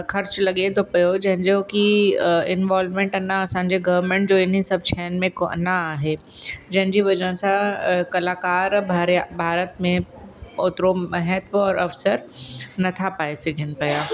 ख़र्चु लॻे थो पियो जंहिंजो कि इंवोलविमेंट अञा असांजे गवर्मेंट जो हिन सभु शयुनि में को न आहे जंहिंजी वजह सां कलाकार भरिया भारत में ओतिरो महत्व और अवसर नथा पाए सघनि पिया